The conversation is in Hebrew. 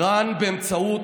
תמיד היה, איראן, באמצעות,